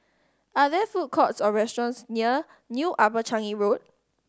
are there food courts or restaurants near New Upper Changi Road